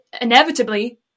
inevitably